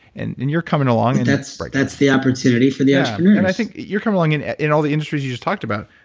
and and you're coming along, and that's like that's the opportunity for the entrepreneurs yeah, and i think you're coming along and and all the industries you just talked about,